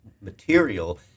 material